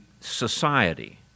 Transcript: society